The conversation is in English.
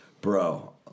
Bro